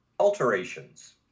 Alterations